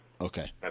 okay